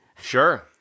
Sure